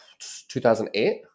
2008